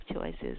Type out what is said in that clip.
choices